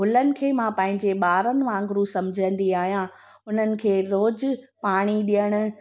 गुलनि खे मां पंहिंजे ॿारनि वांगुरु सम्झंदी आहियां उन्हनि खे रोज़ु पाणी ॾियणु